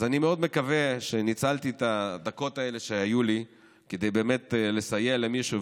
אז אני מאוד מקווה שניצלתי את הדקות האלה שהיו לי כדי לסייע למישהו,